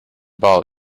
bali